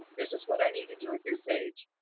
this is what i need to do at this age.